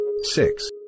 Six